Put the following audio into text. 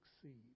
succeed